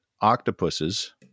octopuses